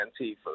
Antifa